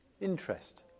interest